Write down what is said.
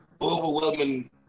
overwhelming